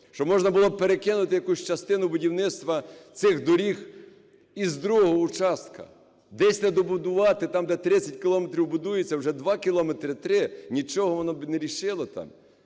Щоб можна було б перекинути якусь частину будівництва цих доріг із другого участка, десь не добудувати, там, де 30 кілометрів будується, вже два кілометри, три, нічого воно б не рішило там.